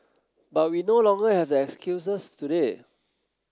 but we no longer have that excuses today